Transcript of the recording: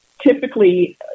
typically